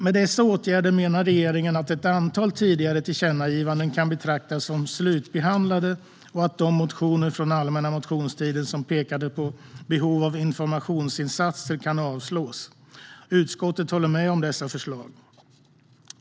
Med dessa åtgärder menar regeringen att ett antal tidigare tillkännagivanden kan betraktas som slutbehandlade och att de motioner från allmänna motionstiden som pekade på behov av informationsinsatser kan avslås. Utskottet håller med om dessa förslag.